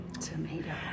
Tomato